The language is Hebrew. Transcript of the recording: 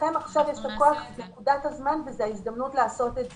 לכם יש את הכוח בנקודת הזמן וזאת ההזדמנות לעשות את זה.